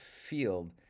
field